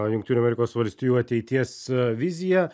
jungtinių amerikos valstijų ateities viziją